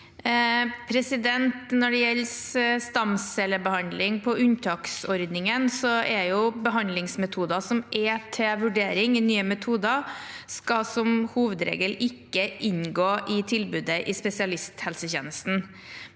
Når det gjelder stamcellebehandling på unntaksordningen, skal behandlingsmetoder som er til vurdering i Nye metoder, som hovedregel ikke inngå i tilbudet til spesialisthelsetjenesten.